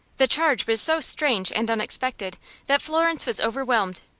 the charge was so strange and unexpected that florence was overwhelmed.